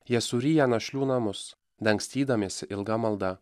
jie suryja našlių namus dangstydamiesi ilga malda